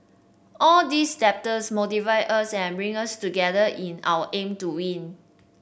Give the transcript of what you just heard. all these doubters motivate us and bring us together in our aim to win